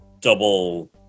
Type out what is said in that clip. double